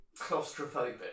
Claustrophobic